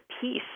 peace